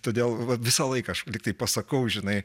todėl visą laiką aš lyg tai pasakau žinai